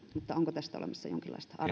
onko tästä olemassa jonkinlaista